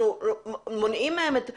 אנחנו מונעים מהם את זכויותיהם,